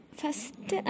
first